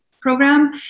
program